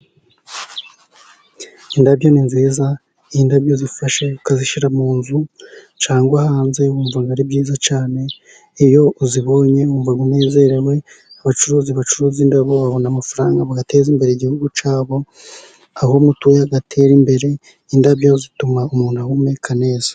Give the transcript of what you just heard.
Indabyo ni nziza, indabyo iyo uzifashe ukazishyira mu nzu cyangwa hanze wumva ari byiza cyane, iyo uzibonye wumva unezereywe, abacuruzi bacuruza indabyo babona amafaranga bagateza imbere igihugu cyabo, aho mutuye hagatera imbere, indabyo zituma umuntu ahumeka neza.